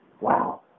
Wow